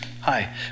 hi